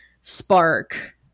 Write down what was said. spark